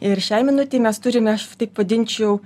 ir šiai minutei mes turime aš taip vadinčiau